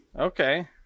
Okay